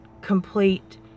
complete